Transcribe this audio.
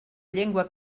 llengua